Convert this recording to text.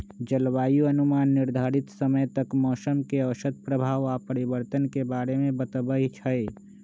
जलवायु अनुमान निर्धारित समय तक मौसम के औसत प्रभाव आऽ परिवर्तन के बारे में बतबइ छइ